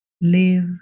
live